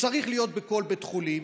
שצריך להיות בכל בית חולים.